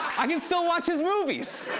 i can still watch his movies.